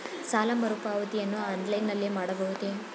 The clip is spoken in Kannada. ಸಾಲ ಮರುಪಾವತಿಯನ್ನು ಆನ್ಲೈನ್ ನಲ್ಲಿ ಮಾಡಬಹುದೇ?